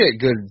good